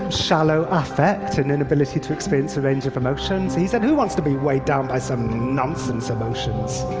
shallow affect, an inability to experience a range of emotions. he said, who wants to be weighed down by some nonsense emotions?